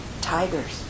tigers